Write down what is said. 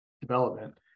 development